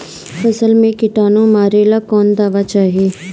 फसल में किटानु मारेला कौन दावा चाही?